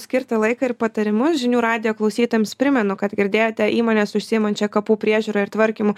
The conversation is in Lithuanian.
skirtą laiką ir patarimus žinių radijo klausytojams primenu kad girdėjote įmonės užsiėmančia kapų priežiūra ir tvarkymu